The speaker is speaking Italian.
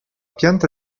pianta